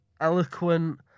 eloquent